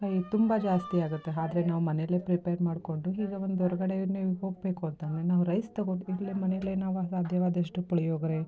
ಹಾಗೆ ತುಂಬ ಜಾಸ್ತಿ ಆಗುತ್ತೆ ಆದ್ರೆ ನಾವು ಮನೆಲೇ ಪ್ರಿಪೇರ್ ಮಾಡಿಕೊಂಡು ಹೀಗೆ ಒಂದು ಹೊರಗಡೇನೆ ಹೋಗಬೇಕು ಅಂತ ಅಂದ್ರೆ ನಾವು ರೈಸ್ ತಗೊಂಡು ಇಲ್ಲೇ ಮನೆಯಲ್ಲೇ ನಾವು ಆ ಸಾಧ್ಯವಾದಷ್ಟು ಪುಳಿಯೋಗರೆ